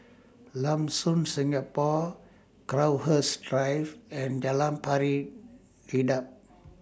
Lam Soon Singapore Crowhurst Drive and Jalan Pari Dedap